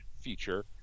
feature